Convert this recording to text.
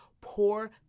poor